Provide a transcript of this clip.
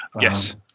Yes